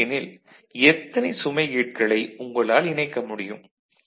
அப்படியெனில் எத்தனை சுமை கேட்களை உங்களால் இணைக்க முடியும்